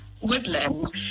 woodland